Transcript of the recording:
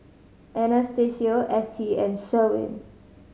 Anastacio Ettie and Sherwin